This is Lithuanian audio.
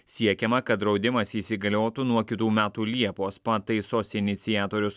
siekiama kad draudimas įsigaliotų nuo kitų metų liepos pataisos iniciatorius